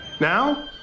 Now